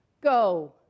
go